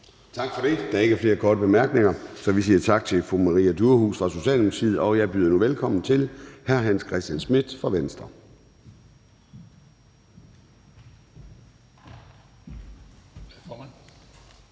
Tak for det. Der er ikke flere korte bemærkninger, så vi siger tak til fru Maria Durhuus fra Socialdemokratiet, og jeg byder nu velkommen til hr. Hans Christian Schmidt fra Venstre.